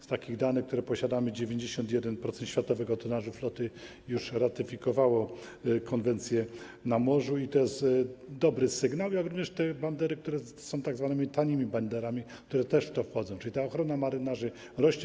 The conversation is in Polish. Z danych, które posiadamy, 91% światowego tonażu floty już ratyfikowało Konwencję o pracy na morzu i to jest dobry sygnał, jak również te bandery, które są tzw. tanimi banderami, które też w to wchodzą, czyli ta ochrona marynarzy rośnie.